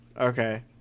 okay